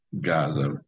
Gaza